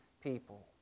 people